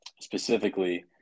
specifically